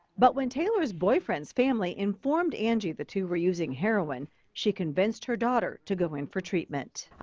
but when taylor's boyfriend's family informed angie the two were using heroin, she convinced her daughter to go in for treatment.